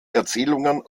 erzählungen